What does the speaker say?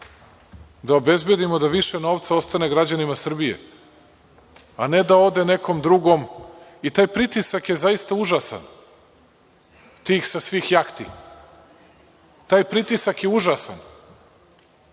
da obezbedimo da više novca ostane građanima Srbije, a ne da ode nekom drugom. I taj pritisak je zaista užasan, tih sa svih jahti. Taj pritisak je užasan. Dok